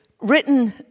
written